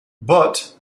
but